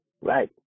Right